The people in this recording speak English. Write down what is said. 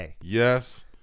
yes